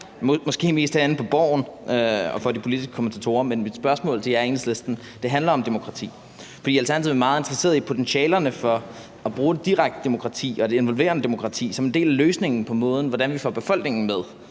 måske mest herinde på Borgen og for de politiske kommentatorer, men mit spørgsmål til jer i Enhedslisten handler om demokrati. For i Alternativet er vi meget interesserede i potentialerne for at bruge det direkte demokrati og det involverende demokrati som en del af løsningen på, hvordan vi får befolkningen med